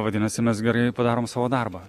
vadinasi mes gerai padarom savo darbą